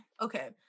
okay